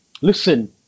listen